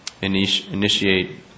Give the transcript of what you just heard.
initiate